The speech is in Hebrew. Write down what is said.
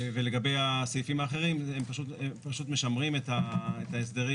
ולגבי הסעיפים האחרים הם פשוט משמרים את ההסדרים